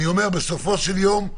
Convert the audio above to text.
בסופו של יום,